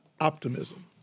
optimism